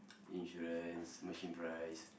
insurance machine price